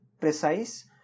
precise